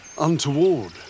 untoward